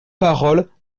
parole